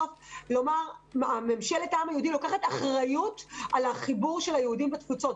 לומר ממשלת העם היהודי לוקחת אחריות על החיבור של היהודים בתפוצות.